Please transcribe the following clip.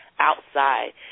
outside